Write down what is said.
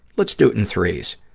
let's do it in threes.